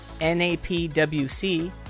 NAPWC